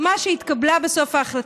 ההחלטה שהתקבלה בסוף,